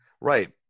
Right